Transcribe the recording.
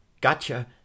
gotcha